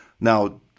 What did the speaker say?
Now